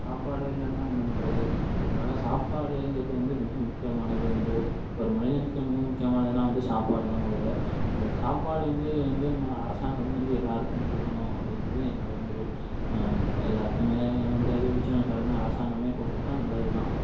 சாப்பாடு இல்லைன்னா என்ன பண்ணுறது அதனால் சாப்பாடுங்கிறது வந்து மிக முக்கியமானது வந்து ஒரு மனிதனுக்கு மிக முக்கியமானதுன்னா வந்து சாப்பாடு தான் முதல்ல அந்த சாப்பாடு வந்து வந்து ம அரசாங்கமே வந்து எல்லாருக்கும் கொடுக்கணும் அப்படிங்கிறது என்னோட வேண்டுகோள் எல்லாருக்குமே வந்து அதிகப்பட்சம் எல்லாருமே அரசாங்கமே கொடுத்துட்டா நல்லது தான்